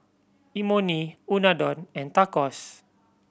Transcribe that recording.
Imoni Unadon and Tacos